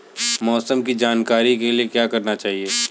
मौसम की जानकारी के लिए क्या करना चाहिए?